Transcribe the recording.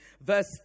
verse